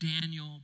Daniel